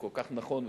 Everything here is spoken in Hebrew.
וכל כך נכון,